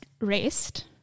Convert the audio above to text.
rest